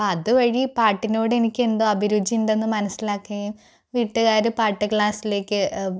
അപ്പോൾ അതുവഴി പാട്ടിനോട് എനിക്കെന്തോ അഭിരുചി ഉണ്ടെന്ന് മനസ്സിലാക്കുകയും വീട്ടുകാര് പാട്ട് ക്ലാസിലേക്ക്